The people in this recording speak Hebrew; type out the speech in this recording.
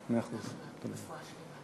ראשון הדוברים, חבר הכנסת אילן גילאון, בבקשה.